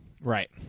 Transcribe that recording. Right